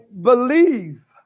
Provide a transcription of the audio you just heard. believe